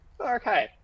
Okay